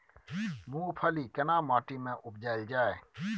मूंगफली केना माटी में उपजायल जाय?